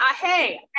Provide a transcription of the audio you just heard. hey